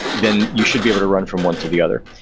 then you should be able to run from one to the other.